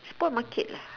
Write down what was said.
spoil market lah